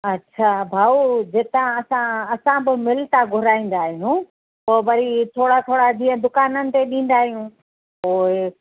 अछा भाऊ जितां असां असां बि मिल तां घुराईंदा आहियूं पोइ वरी थोरा थोरा जीअं दुकाननि ते ॾींदा आहियूं पोइ